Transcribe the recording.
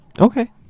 Okay